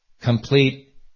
Complete